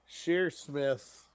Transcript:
Shearsmith